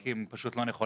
כי הם פשוט לא נכונים.